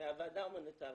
מהוועדה ההומניטרית,